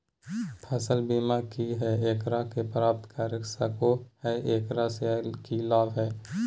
फसल बीमा की है, एकरा के प्राप्त कर सको है, एकरा से की लाभ है?